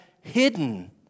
hidden